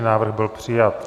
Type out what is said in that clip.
Návrh byl přijat.